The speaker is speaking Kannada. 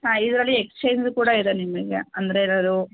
ಹಾಂ ಇದರಲ್ಲಿ ಎಕ್ಸ್ಚೇಂಜ್ ಕೂಡ ಇದೆ ನಿಮಗೆ ಅಂದರೆ ಏನಾದರೂ